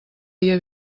dia